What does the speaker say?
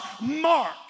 mark